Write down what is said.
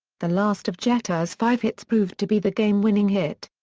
the last of jeter's five hits proved to be the game-winning hit.